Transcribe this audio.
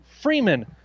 Freeman